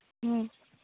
ᱦᱮᱸ